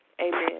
amen